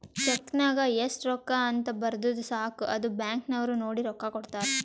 check ನಾಗ್ ಎಸ್ಟ್ ರೊಕ್ಕಾ ಅಂತ್ ಬರ್ದುರ್ ಸಾಕ ಅದು ಬ್ಯಾಂಕ್ ನವ್ರು ನೋಡಿ ರೊಕ್ಕಾ ಕೊಡ್ತಾರ್